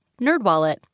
NerdWallet